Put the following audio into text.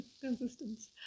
Consistence